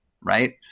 Right